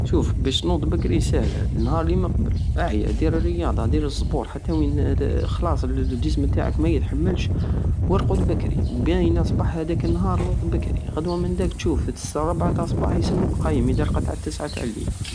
شوف باش تنوض بكري ساهلة نهار اليماقبل اعية دير الرياضة دير الصبور حتى وين خلاص الجسم تاعك مايتحكلش ورقد بكري باينة صبح هداك النهار نوض بكري غدوة منداك تشوف الربعة تاع صباح يسموك قايم ادا رقدت على التسعة تع الليل